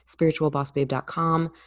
spiritualbossbabe.com